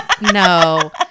no